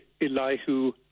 Elihu